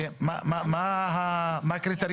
מה הקריטריון?